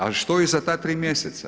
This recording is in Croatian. A što iza ta tri mjeseca?